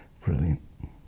brilliant